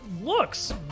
Looks